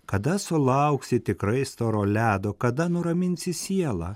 kada sulauksi tikrai storo ledo kada nuraminsi sielą